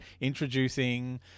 Introducing